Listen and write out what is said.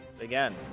again